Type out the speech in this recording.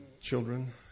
children